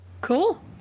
Cool